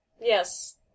Yes